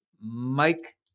mike